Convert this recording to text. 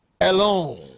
alone